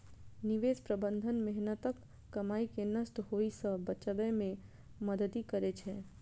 निवेश प्रबंधन मेहनतक कमाई कें नष्ट होइ सं बचबै मे मदति करै छै